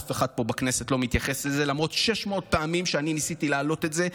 ואף אחד פה בכנסת לא מתייחס לזה למרות 600 פעמים שניסיתי להעלות את זה,